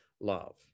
love